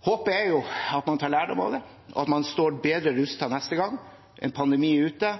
håpet er jo at man tar lærdom av det, og at man står bedre rustet neste gang en pandemi er ute.